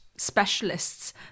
specialists